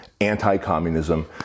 anti-communism